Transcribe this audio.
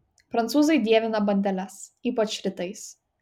prancūzai dievina bandeles ypač rytais